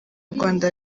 rwanda